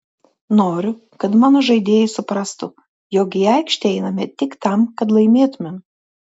noriu kad mano žaidėjai suprastų jog į aikštę einame tik tam kad laimėtumėm